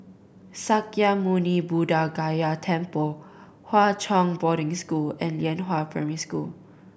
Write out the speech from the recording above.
Sakya Muni Buddha Gaya Temple Hwa Chong Boarding School and Lianhua Primary School